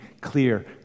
clear